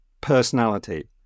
personality